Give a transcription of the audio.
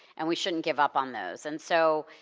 and we shouldn't give up on those. and so,